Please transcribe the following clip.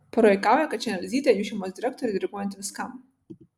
pora juokauja kad šiandien elzytė jų šeimos direktorė diriguojanti viskam